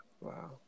Wow